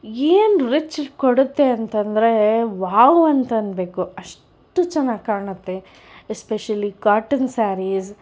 ಏನು rich look ಕೊಡುತ್ತೆ ಅಂತೆಂದರೆ ವಾವ್ ಅಂತ ಅನ್ನಬೇಕು ಅಷ್ಟು ಚೆನ್ನಾಗಿ ಕಾಣುತ್ತೆ ಎಸ್ಪೆಷಲಿ ಕಾಟನ್ ಸಾರೀಸ್